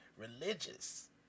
Religious